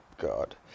God